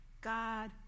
God